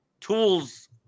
tools